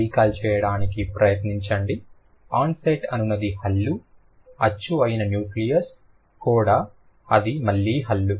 recall చేయడానికి ప్రయత్నించండి onset అనునది హల్లు అచ్చు అయిన నూక్లియస్ కోడా అది మళ్ళీ హల్లు